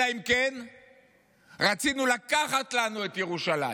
אלא אם כן רצינו לקחת לנו את ירושלים.